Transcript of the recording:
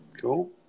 Cool